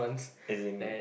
as in